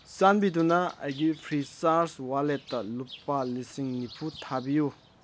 ꯆꯥꯟꯕꯤꯗꯨꯅ ꯑꯩꯒꯤ ꯐ꯭ꯔꯤꯆꯥꯔꯖ ꯋꯥꯂꯦꯠꯇ ꯂꯨꯄꯥ ꯂꯤꯁꯤꯡ ꯅꯤꯐꯨ ꯊꯥꯕꯤꯌꯨ